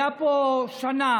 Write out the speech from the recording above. הייתה פה שנה